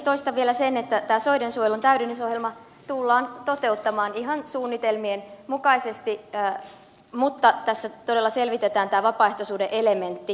toistan vielä sen että tämä soidensuojelun täydennysohjelma tullaan toteuttamaan ihan suunnitelmien mukaisesti mutta tässä todella selvitetään tämä vapaaehtoisuuden elementti